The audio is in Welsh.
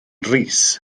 rees